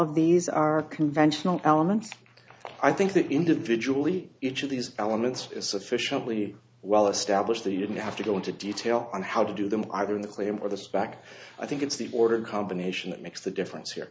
of these are conventional elements i think that individually each of these elements is sufficiently well established that you didn't have to go into detail on how to do them either in the cli and or the spec i think it's the order combination that makes the difference here